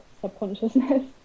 subconsciousness